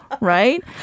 right